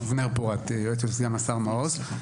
אבנר פורת, יועץ של סגן השר מעוז.